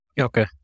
Okay